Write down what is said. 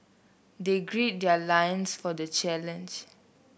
they grid their loins for the challenge